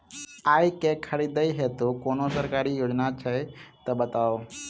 आइ केँ खरीदै हेतु कोनो सरकारी योजना छै तऽ बताउ?